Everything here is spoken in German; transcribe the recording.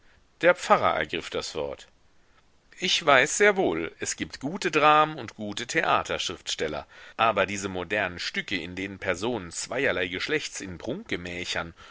der pfarrer ergriff das wort ich weiß sehr wohl es gibt gute dramen und gute theaterschriftsteller aber diese modernen stücke in denen personen zweierlei geschlechts in